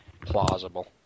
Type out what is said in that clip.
plausible